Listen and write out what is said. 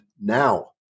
now